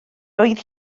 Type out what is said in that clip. oedd